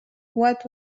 what